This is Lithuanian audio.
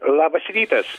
labas rytas